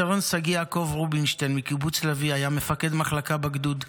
סגן שגיא יעקב רובינשטיין מקיבוץ לביא היה מפקד מחלקה בגדוד.